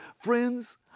Friends